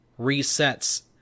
resets